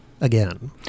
again